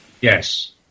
Yes